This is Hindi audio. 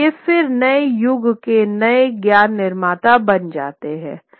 और ये फिर नए युग के नए ज्ञान निर्माता बन जाते हैं